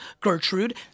Gertrude